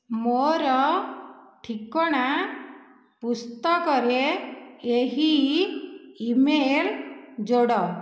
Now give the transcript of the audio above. ମୋର ଠିକଣା ପୁସ୍ତକରେ ଏହି ଇମେଲ୍ ଯୋଡ଼